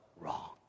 wrong